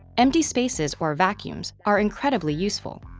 empty spaces, or vacuums, are incredibly useful.